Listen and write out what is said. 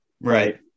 Right